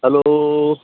hello